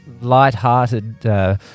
light-hearted